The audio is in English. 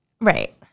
right